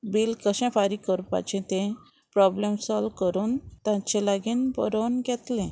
bill कशें फारीक करपाचें तें प्रोब्लेम सोल्व करून तांचें लागीं बरोवन घेतलें